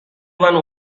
one